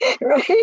right